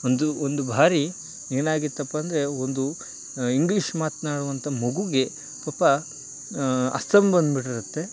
ಒಂದು ಒಂದು ಬಾರಿ ಏನಾಗಿತಪ್ಪಂದರೆ ಒಂದು ಇಂಗ್ಲೀಷ್ ಮಾತನಾಡುವಂತ ಮಗುಗೆ ಪಾಪ ಅಸ್ತಮ ಬಂದುಬಿಟ್ಟಿರತ್ತೆ